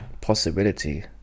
possibility